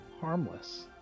harmless